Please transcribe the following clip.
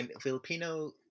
Filipino